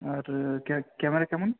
আর camera কেমন